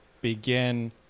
begin